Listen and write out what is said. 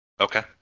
Okay